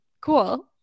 cool